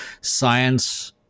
science